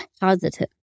positive